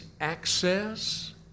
access